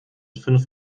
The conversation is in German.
fünf